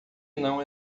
não